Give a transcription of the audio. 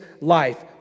life